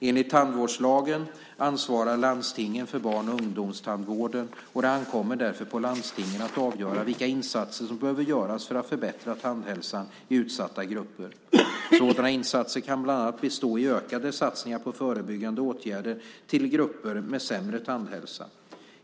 Enligt tandvårdslagen ansvarar landstingen för barn och ungdomstandvården, och det ankommer därför på landstingen att avgöra vilka insatser som behöver göras för att förbättra tandhälsan i utsatta grupper. Sådana insatser kan bland annat bestå i ökade satsningar på förebyggande åtgärder till grupper med sämre tandhälsa.